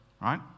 Right